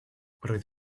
roedd